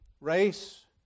race